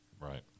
Right